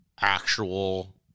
actual